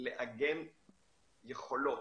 לאגם יכולות,